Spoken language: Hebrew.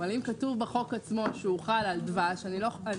אבל אני חושבת שאם כתוב בחוק עצמו שהוא חל על דבש,